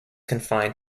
confined